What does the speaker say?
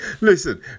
Listen